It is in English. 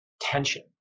tension